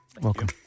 Welcome